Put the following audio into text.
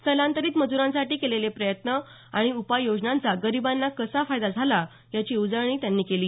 स्थलांतरित मज्रांसाठी केलेले प्रयत्न आणि उपाययोजनांचा गरीबांना कसा फायदा झाला याची उजळणी त्यांनी केली